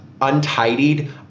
untidied